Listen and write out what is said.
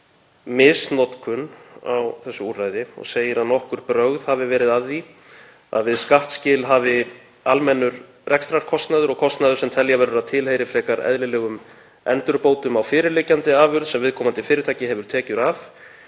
raun við misnotkun á þessu úrræði og segir að nokkur brögð hafa verið að því að við skattskil hafi almennur rekstrarkostnaður og kostnaður sem telja verður að tilheyri frekar eðlilegum endurbótum á fyrirliggjandi afurð sem viðkomandi fyrirtæki hefur tekjur af